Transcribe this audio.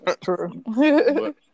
True